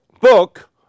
book